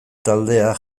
taldea